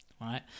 Right